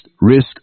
risk